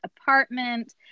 apartment